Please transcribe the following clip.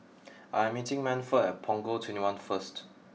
I am meeting Manford at Punggol twenty one first